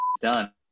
done